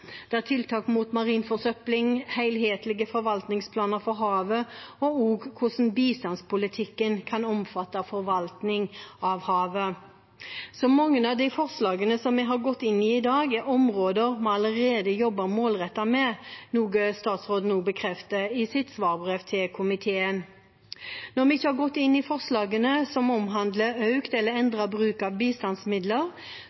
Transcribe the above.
tiltak mot marin forsøpling, helhetlige forvaltningsplaner for havet og også hvordan bistandspolitikken kan omfatte forvaltning av havet. Mange av de forslagene vi har gått inn i i dag, er områder vi allerede jobbet målrettet med, noe statsråden også bekrefter i sitt svarbrev til komiteen. Når vi ikke har gått inn i forslagene som omhandler økt eller